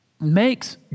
makes